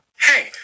hey